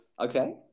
Okay